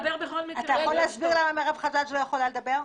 אתה יכול להסביר למה מירב חג'אג' לא יכולה לדבר?